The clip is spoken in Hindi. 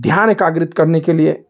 ध्यान एकाग्रित करने के लिए